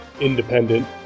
independent